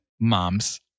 moms